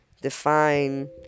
define